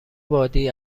بادی